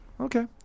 Okay